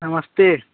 नमस्ते